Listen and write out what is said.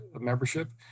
membership